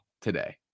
today